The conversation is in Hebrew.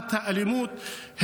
תופעת האלימות,